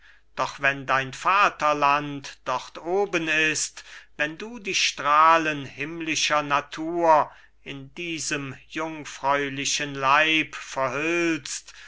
doch wenn dein vaterland dort oben ist wenn du die strahlen himmlischer natur in diesem jungfräulichen leib verhüllst